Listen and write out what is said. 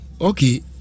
Okay